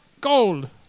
gold